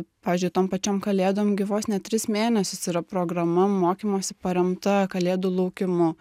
pavyzdžiui tom pačiom kalėdom gi vos ne tris mėnesius yra programa mokymosi paremta kalėdų laukimu